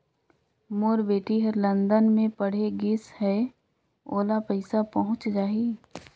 मोर बेटी हर लंदन मे पढ़े गिस हय, ओला पइसा पहुंच जाहि?